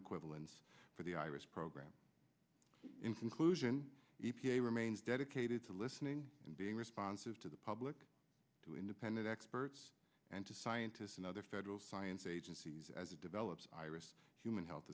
equivalents for the iris program in conclusion remains dedicated to listening and being responsive to the public to independent experts and to scientists and other federal science agencies as it develops human health